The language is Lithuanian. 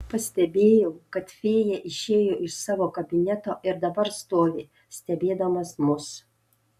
pastebėjau kad fėja išėjo iš savo kabineto ir dabar stovi stebėdamas mus